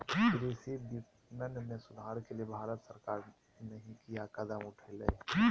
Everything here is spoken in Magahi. कृषि विपणन में सुधार के लिए भारत सरकार नहीं क्या कदम उठैले हैय?